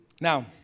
Now